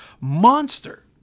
monster